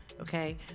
okay